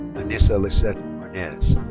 annissa lissette arnaez.